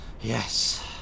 Yes